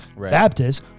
Baptists